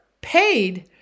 paid